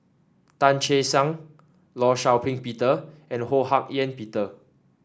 Tan Che Sang Law Shau Ping Peter and Ho Hak Ean Peter